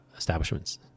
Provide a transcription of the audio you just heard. establishments